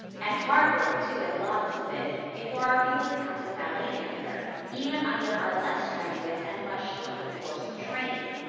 and hard work, too, and lots of it, before our pupil becomes a ballet dancer, even under our less strenuous and much shortened course of training.